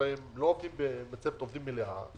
הרי הם לא עובדים במצבת עובדים מלאה,